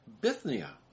Bithynia